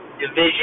division